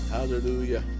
Hallelujah